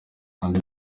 andi